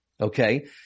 okay